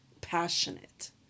passionate